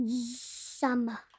Summer